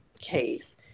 case